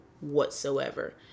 whatsoever